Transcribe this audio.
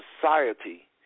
society